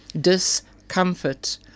discomfort